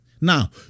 Now